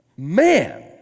Man